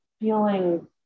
feeling